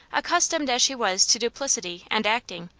accustomed as she was to duplicity and acting,